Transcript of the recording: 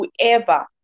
whoever